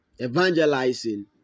evangelizing